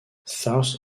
south